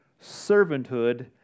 servanthood